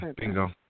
Bingo